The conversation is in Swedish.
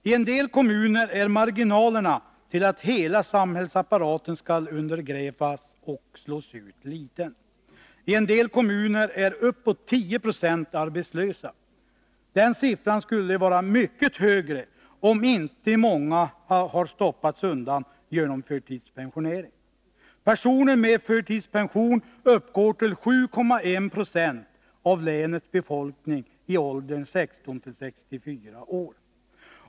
I en del kommuner är marginalen till att hela samhällsapparaten skall undergrävas och slås ut liten. I vissa kommuner är uppåt 10 96 arbetslösa. Den siffran skulle vara mycket högre, om inte många hade ”stoppats undan” genom förtidspensionering. Personer med förtidspension uppgår till 7,1 20 av länets befolkning i åldern 16-64 år.